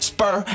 Spur